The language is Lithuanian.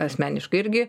asmeniškai irgi